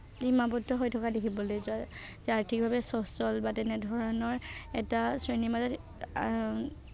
সীমাবদ্ধ হৈ থকা দেখিবলৈ যোৱা যে আৰ্থিকভাৱে স্বচ্ছল বা তেনেধৰণৰ এটা শ্ৰেণীৰ মাজত